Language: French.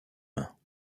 mains